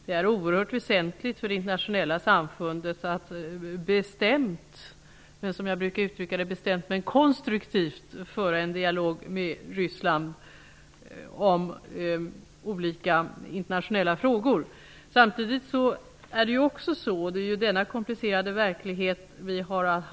Det är oerhört väsentligt att det internationella samfundet bestämt men konstruktivt för en dialog med Ryssland om olika internationella frågor. Vi har dock att hantera en komplicerad verklighet.